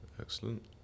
excellent